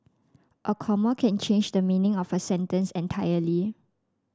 a comma can change the meaning of a sentence entirely